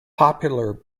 popular